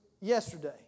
yesterday